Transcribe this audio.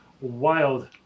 wild